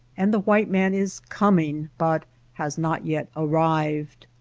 and the white man is coming but has not yet arrived.